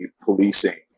policing